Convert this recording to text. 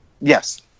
Yes